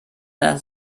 einer